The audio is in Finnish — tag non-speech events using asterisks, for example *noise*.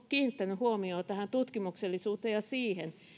*unintelligible* kiinnittänyt huomiota tähän tutkimuksellisuuteen ja siihen